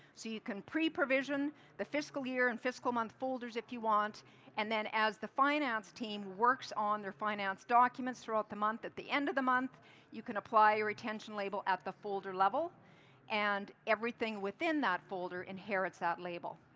so you can preprovision the fiscal year and fiscal month folders if you want and then as the finance team works on their finance documents throughout the month, at the end of the month you can apply your retention retention label at the folder level and everything within that folder inherits that label.